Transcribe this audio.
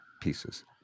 pieces